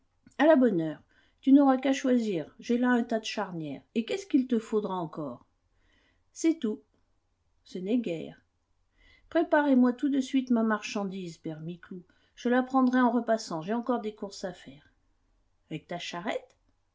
à la bonne heure tu n'auras qu'à choisir j'ai là un tas de charnières et qu'est-ce qu'il te faudra encore c'est tout ça n'est guère préparez moi tout de suite ma marchandise père micou je la prendrai en repassant j'ai encore des courses à faire avec ta charrette